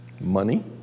Money